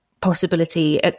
possibility